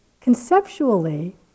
conceptually